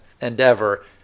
endeavor